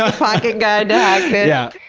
ah pocket guide yeah